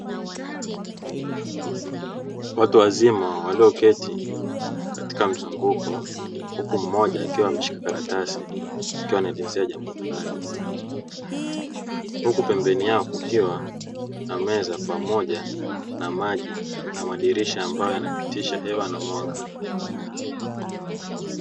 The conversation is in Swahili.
Watu wazima walioketi katika mzunguko, huku mmoja akiwa ameshika karatasi akiwa anaeleza jambo fulani. Huku pembeni yao kukiwa na meza pamoja na maji na madrisha ambayo yanayopitisha hewa na mwanga.